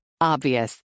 Obvious